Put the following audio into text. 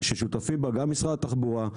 ששותפים בה גם משרד התחבורה,